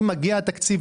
אם מגיע תקציב,